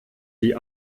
die